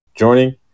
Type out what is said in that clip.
joining